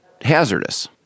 hazardous